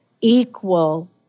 equal